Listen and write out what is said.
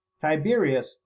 Tiberius